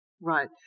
Right